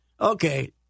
Okay